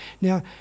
Now